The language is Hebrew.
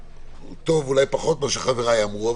אולי פחות טוב ממה שחבריי אמרו,